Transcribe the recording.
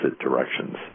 directions